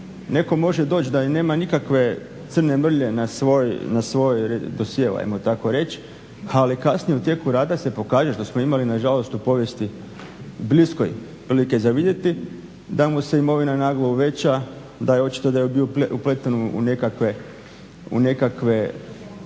Netko može doći da i nema nikakve crne mrlje na svom dosjeu, hajmo tako reći. Ali kasnije u tijeku rada se pokaže što smo imali na žalost u povijesti bliskoj prilike za vidjeti da mu se imovina naglo uveća, da je očito da je bio upleten u nekakve